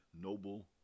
noble